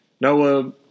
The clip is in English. Noah